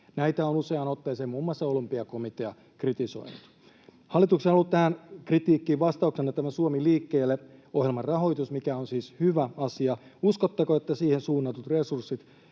Näitä on useaan otteeseen muun muassa Olympiakomitea kritisoinut. Hallituksella on ollut tähän kritiikkiin vastauksena tämä Suomi liikkeelle ‑ohjelman rahoitus, mikä on siis hyvä asia. Uskotteko, että siihen suunnatut resurssit